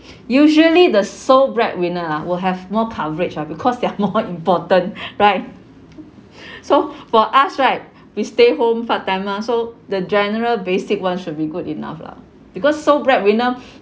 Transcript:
usually the sole breadwinner lah will have more coverage ah because they are more important right so for us right we stay home part-timer so the general basic one should be good enough lah because sole breadwinner